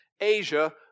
Asia